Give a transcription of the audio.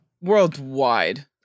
worldwide